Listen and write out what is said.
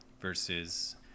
versus